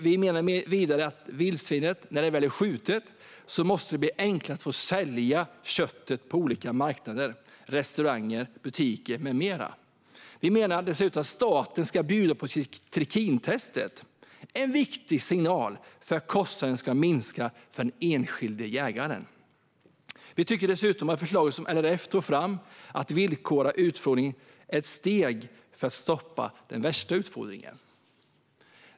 Vi menar vidare att det när vildsvinet väl är skjutet måste bli enklare att sälja köttet på olika marknader, till restauranger och butiker med mera. Vi menar dessutom att staten ska bjuda på trikintestet. Det är en viktig signal om att kostnaden ska minska för den enskilde jägaren. Vi tycker även att det förslag som LRF tog fram om att villkora utfodring är ett steg för att stoppa den värsta utfodringen.